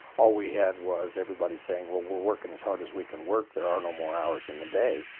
all we had was everybody saying, well, we're working as hard as we can work. there are no more hours in the day.